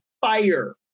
fire